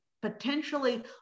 potentially